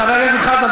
חבר הכנסת אורן חזן,